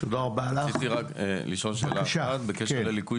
רציתי רק לשאול שאלה אחת בקשר לליקוי